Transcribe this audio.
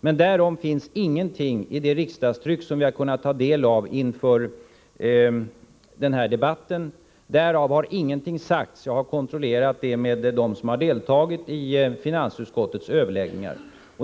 Men därom finns ingenting i det riksdagstryck som vi har kunnat ta del av inför den här debatten. Därom har ingenting sagts — jag har kontrollerat det med dem som har deltagit i finansutskottets överläggningar.